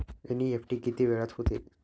NEFT किती वेळात होते?